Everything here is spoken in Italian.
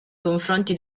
confronti